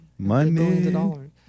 Money